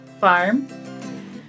farm